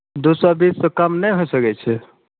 दू सए बीस सऽ कम नहि होइ सकै छै